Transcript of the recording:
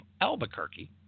Albuquerque